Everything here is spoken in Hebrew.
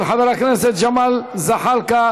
של חברי הכנסת ג'מאל זחאלקה,